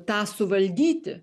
tą suvaldyti